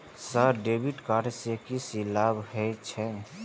Sir debit card से की से की लाभ हे छे?